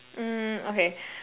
mm okay